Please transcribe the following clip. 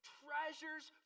treasures